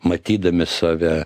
matydami save